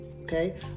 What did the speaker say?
okay